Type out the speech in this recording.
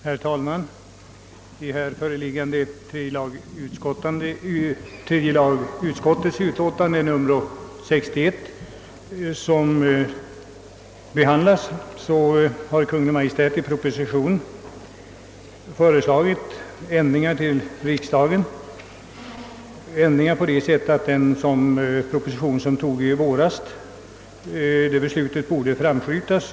Herr talman! I föreliggande utlåtande nr 61 från tredje lagutskottet behandlas Kungl. Maj:ts proposition nr 138. Herr Tobé angav inledningsvis vad som föreslås i propositionen.